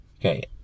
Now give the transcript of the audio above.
Okay